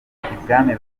ibwami